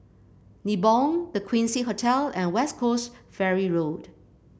Nibong The Quincy Hotel and West Coast Ferry Road